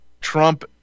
Trump